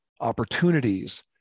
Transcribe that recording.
opportunities